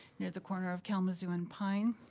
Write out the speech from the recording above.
near the corner of kalamazoo and pine.